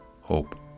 hope